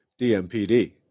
DMPD